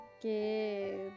Okay